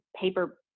paper